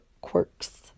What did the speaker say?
quirks